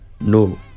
No